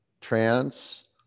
trance